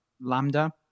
Lambda